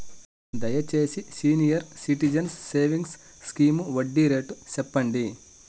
దయచేసి senior citizens savings scheme వడ్డీ rate సెప్పండి